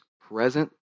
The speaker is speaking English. present